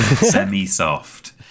Semi-soft